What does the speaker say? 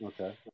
okay